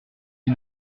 six